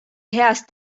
heast